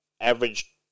average